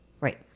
Right